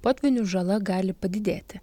potvynių žala gali padidėti